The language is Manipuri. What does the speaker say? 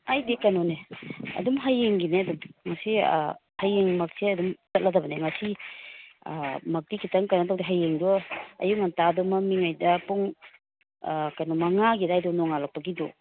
ꯑꯩꯗꯤ ꯀꯩꯅꯣꯅꯦ ꯑꯗꯨꯝ ꯍꯌꯦꯡꯒꯤꯅꯦ ꯑꯗꯨꯝ ꯉꯁꯤ ꯍꯌꯦꯡꯃꯛꯁꯦ ꯑꯗꯨꯝ ꯆꯠꯂꯗꯕꯅꯦ ꯉꯁꯤ ꯃꯛꯇꯤ ꯈꯤꯇꯪ ꯀꯩꯅꯣ ꯇꯧꯗꯦ ꯍꯌꯦꯡꯗꯨ ꯑꯌꯨꯛ ꯉꯟꯇꯥꯗꯣ ꯃꯝꯃꯤꯉꯩꯗ ꯄꯨꯡ ꯀꯩꯅꯣ ꯃꯉꯥꯒꯤ ꯑꯗꯥꯏꯗꯣ ꯅꯣꯉꯥꯜꯂꯛꯄꯒꯤꯗꯣ